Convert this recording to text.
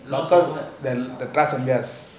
the passangers